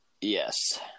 Yes